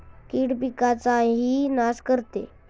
कीड पिकाचाही नाश करते